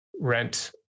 rent